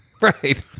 Right